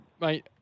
mate